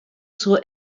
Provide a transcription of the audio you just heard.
zur